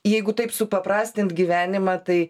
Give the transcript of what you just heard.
jeigu taip supaprastint gyvenimą tai